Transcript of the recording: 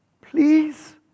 Please